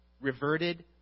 reverted